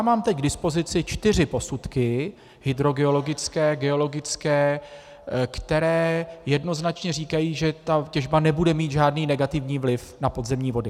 Mám teď k dispozici čtyři posudky hydrogeologické, geologické, které jednoznačně říkají, že těžba nebude mít žádný negativní vliv na podzemní vody.